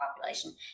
population